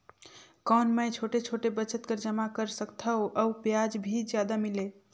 कौन मै छोटे छोटे बचत कर जमा कर सकथव अउ ब्याज भी जादा मिले?